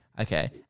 okay